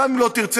גם אם לא תרצה,